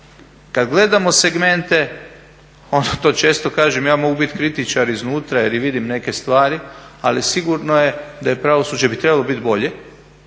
kada gledamo segmente onda to često kažem ja mogu biti kritičar i iznutra jer i vidim neke stvari ali sigurno je da bi pravosuđe trebalo biti bolje,